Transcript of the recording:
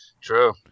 True